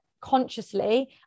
consciously